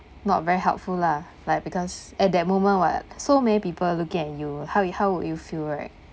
not very helpful lah like because at that moment what so many people look at you how you how would you feel right